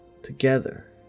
Together